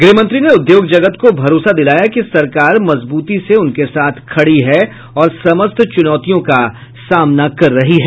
गृहमंत्री ने उद्योग जगत को भरोसा दिलाया कि सरकार मजबूती से उनके साथ खड़ी है और समस्त चुनौतियों का सामना कर रही है